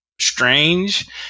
strange